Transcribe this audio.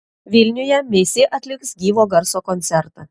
vilniuje meisi atliks gyvo garso koncertą